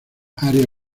área